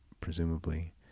presumably